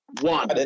One